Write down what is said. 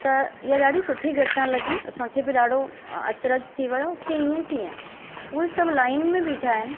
त इहा ॾाढी सुठी घटना लॻी असांखे बि ॾाढो अचरजु थी वियो कि ईअं किअं उहे सभु लाइन में बिठा आहिनि